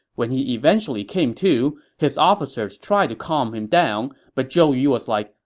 when he eventually came to, his officers tried to calm him down, but zhou yu was like,